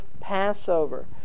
Passover